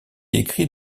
écrit